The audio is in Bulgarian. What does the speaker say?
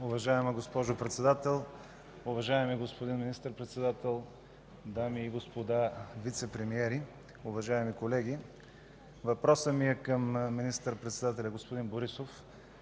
уважаема госпожо Председател. Уважаеми господин Министър-председател, дами и господа вицепремиери, уважаеми колеги! Въпросът ми е към министър-председателя господин Борисов.